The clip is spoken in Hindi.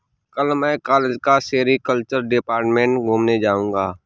कल मैं कॉलेज का सेरीकल्चर डिपार्टमेंट घूमने जाऊंगा